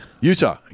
Utah